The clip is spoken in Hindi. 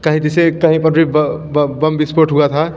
कहीं जैसे कहीं पर भी बम विस्फोट हुआ था